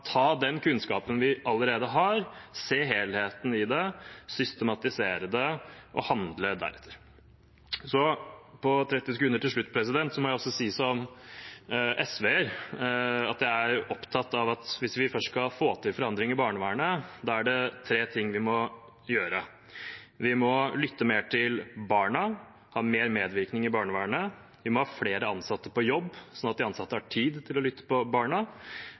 ta den kunnskapen vi allerede har, se helheten i det, systematisere det – og handle deretter. På 30 sekunder til slutt må jeg også si at som SV-er er jeg opptatt av at hvis vi først skal få til forandring i barnevernet, er det tre ting vi må gjøre. Vi må lytte mer til barna, ha mer medvirkning i barnevernet, vi må ha flere ansatte på jobb, slik at de ansatte har tid til å lytte til barna,